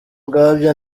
ubwabyo